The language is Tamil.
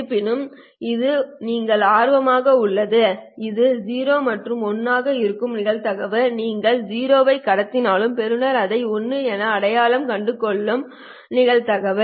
இருப்பினும் இது நீங்கள் ஆர்வமாக உள்ளது இது 0 மற்றும் 1 ஆக இருக்கும் நிகழ்தகவு நீங்கள் 0 ஐ கடத்தினாலும் பெறுநர் அதை 1 என அடையாளம் கண்டுள்ள நிகழ்தகவு